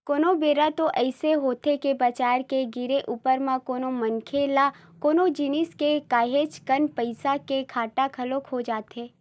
कोनो बेरा तो अइसे होथे के बजार के गिरे ऊपर म कोनो मनखे ल कोनो जिनिस के काहेच कन पइसा के घाटा घलो हो जाथे